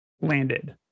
landed